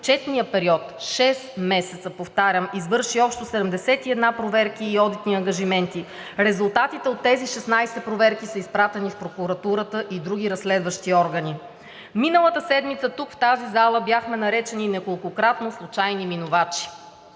отчетния период – шест месеца, повтарям, извърши общо 71 проверки и одитни ангажименти. Резултатите от тези 16 проверки са изпратени в прокуратурата и други разследващи органи. Миналата седмица тук в тази зала бяхме наречени неколкократно „случайни минувачи“.